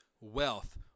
Wealth